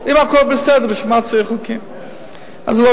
אם הכול בסדר, בשביל מה צריך חוקים?